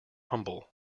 humble